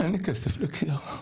אין לי כסף לקיארה.